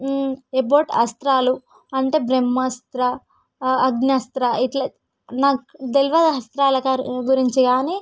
about అస్త్రాలు అంటే బ్రహ్మాస్త్ర అగ్ని అస్త్రా ఇట్లా నాకు తెలియదు ఆ అస్త్రాల గురించి కానీ